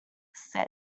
said